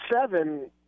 seven